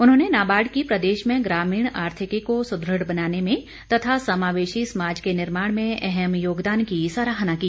उन्होंने नाबार्ड की प्रदेश में ग्रामीण आर्थिकी को सुदृढ़ बनाने में तथा समावेशी समाज के निर्माण में अहम योगदान की सराहना की